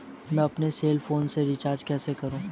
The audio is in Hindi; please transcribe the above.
मैं अपने सेल फोन में रिचार्ज कैसे करूँ?